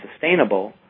sustainable